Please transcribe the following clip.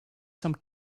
some